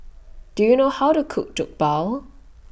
Do YOU know How to Cook Jokbal